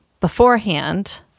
beforehand